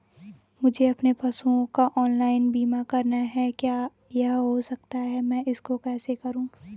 मुझे अपने पशुओं का ऑनलाइन बीमा करना है क्या यह हो सकता है मैं इसको कैसे करूँ?